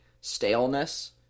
staleness